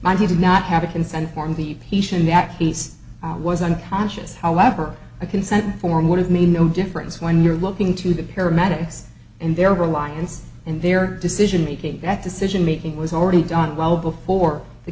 he did not have a consent form the petion that piece was unconscious however a consent form would have made no difference when you're looking to the paramedics and their reliance in their decision making that decision making was already done well before the